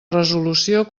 resolució